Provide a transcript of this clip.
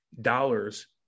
dollars